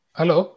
hello